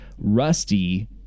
Rusty